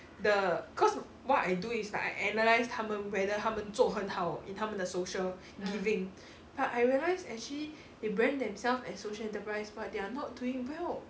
的 cause what I do is like I analyse 它们 whether 它们做很好 in 它们的 social giving but I realise actually they brand themselves as social enterprise but they are not doing well1